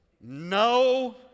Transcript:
no